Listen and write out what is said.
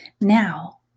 Now